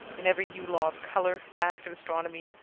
in every new law of color, fact of astronomy,